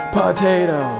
potato